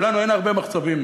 ולנו אין הרבה מחצבים,